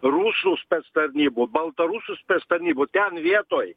rusų spec tarnybų baltarusų spec tarnybų ten vietoj